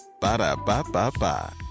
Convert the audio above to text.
Ba-da-ba-ba-ba